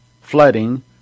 flooding